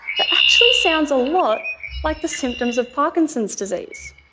that actually sounds a lot like the symptoms of parkinson's disease.